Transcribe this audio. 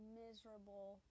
miserable